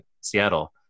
Seattle